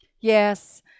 Yes